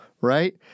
right